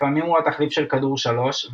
לפעמים הוא התחליף של כדור 3,